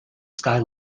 sky